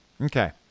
Okay